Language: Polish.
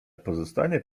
pozostanie